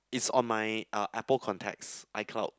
it's on my uh Apple contacts iCloud